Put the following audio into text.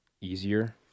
easier